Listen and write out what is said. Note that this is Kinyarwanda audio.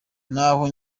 naho